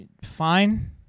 fine